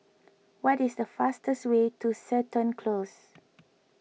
what is the fastest way to Seton Close